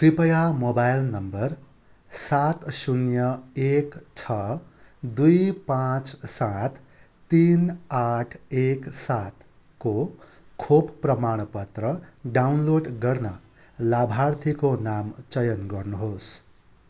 कृपया मोबाइल नम्बर सात शून्य एक छ दुई पाँच सात तिन आठ एक सातको खोप प्रमाणपत्र डाउनलोड गर्न लाभार्थीको नाम चयन गर्नुहोस्